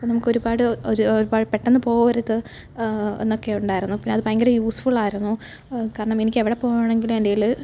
നമുക്കൊരുപാട് ഒരു ഒരുപാട് പെട്ടെന്ന് പോവരുത് എന്നൊക്കെ ഉണ്ടായിരുന്നു പിന്നെ അത് ഭയങ്കര യൂസ്ഫുൾ ആയിരുന്നു കാരണം എനിക്ക് എവിടെ പോകണമെങ്കിലും എൻ്റെ കയ്യിൽ